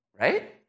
right